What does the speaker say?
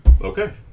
Okay